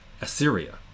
Assyria